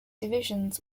divisions